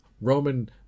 Roman